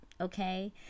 Okay